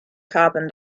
carbon